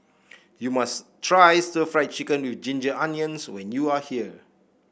you must try Stir Fried Chicken with Ginger Onions when you are here